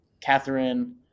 Catherine